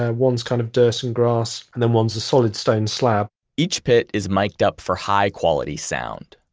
ah one's kind of dirt and grass, and then one's a solid stone slab each pit is miked up for high-quality sound.